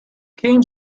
came